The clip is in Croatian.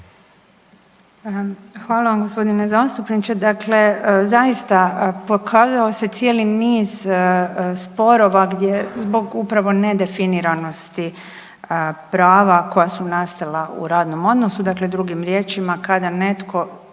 Hvala vam gospodine zastupniče, dakle zaista pokazalo se cijeli niz sporova gdje zbog upravo nedefiranosti prava koja su nastala u radnom odnosu, dakle drugim riječima kada netko